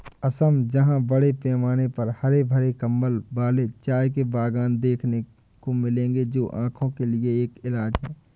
असम जहां बड़े पैमाने पर हरे भरे कंबल वाले चाय के बागान देखने को मिलेंगे जो आंखों के लिए एक इलाज है